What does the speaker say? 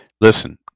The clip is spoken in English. listen